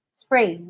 spray